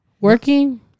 Working